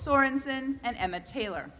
sorenson and emma taylor